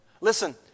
Listen